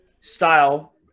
style